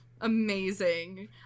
Amazing